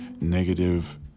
negative